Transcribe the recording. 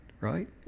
right